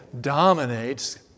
dominates